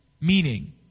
Meaning